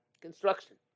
construction